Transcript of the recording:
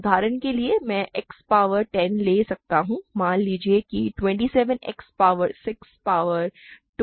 उदाहरण के लिए मैं X पावर 10 ले सकता हूं मान लीजिए कि 27 X पावर 6 प्लस 213 है